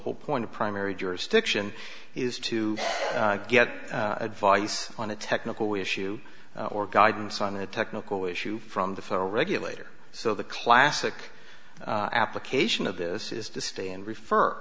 whole point of primary jurisdiction is to get advice on a technical issue or guidance on a technical issue from the federal regulator so the classic application of this is to stay and refer